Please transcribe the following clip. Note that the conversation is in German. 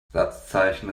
satzzeichen